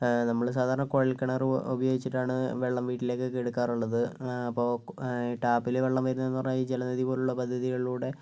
നമ്മൾ സാധാരണ കൊഴൽക്കിണർ ഉപയോഗിച്ചിട്ടാണ് വെള്ളം വീട്ടിലേക്കൊക്കെ എടുക്കാറുള്ളത് അപ്പോൾ ടാപ്പിൽ വെള്ളം വരുന്നതെന്ന് പറഞ്ഞ് കഴിഞ്ഞാൽ ജലനിധിപോലെയുള്ള പദ്ധതികളിലൂടെ